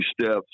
steps